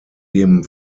dem